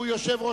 חוק